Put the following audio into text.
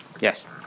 Yes